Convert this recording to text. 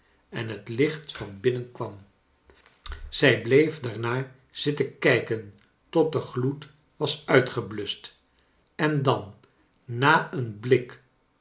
en het licht van binnen kwam zij bleef daarnaar zitten kijken tot de gloed was uitgebluscht en dan na een blik